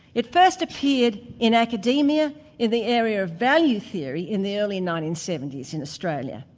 it first appeared in academia in the area of value theory in the early nineteen seventy s in australia,